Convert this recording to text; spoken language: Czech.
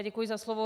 Děkuji za slovo.